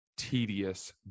tedious